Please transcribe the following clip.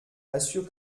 assure